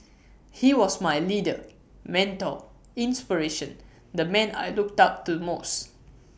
he was my leader mentor inspiration the man I looked up to most